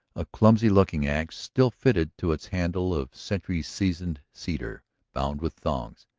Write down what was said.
a clumsy-looking axe still fitted to its handle of century-seasoned cedar bound with thongs.